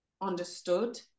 understood